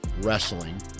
wrestling